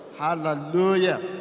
Hallelujah